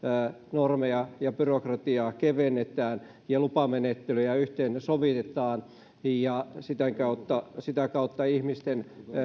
normeja ja byrokratiaa kevennetään ja lupamenettelyjä yhteensovitetaan ja sitä kautta sitä kautta ihmisten